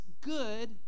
good